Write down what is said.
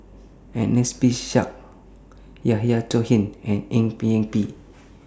Ernest P Shanks Yahya Cohen and Eng Yee Peng